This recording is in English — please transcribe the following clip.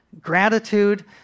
gratitude